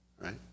right